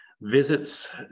visits